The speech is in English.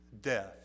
death